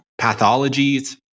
pathologies